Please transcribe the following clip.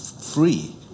free